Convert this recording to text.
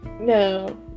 no